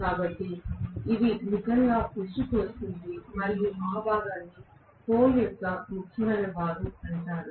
కాబట్టి ఇది నిజంగా పొడుచుకు వస్తుంది మరియు ఆ భాగాన్ని పోల్ యొక్క ముఖ్యమైన భాగం అంటారు